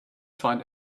find